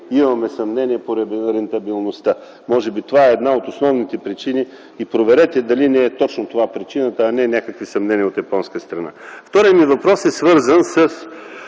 имаме съмнения по рентабилността. Може би това е една от основните причини. И проверете, дали не е точно това причината, а не някакви съмнения от японска страна. Вторият ми въпрос е свързан с